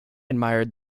admired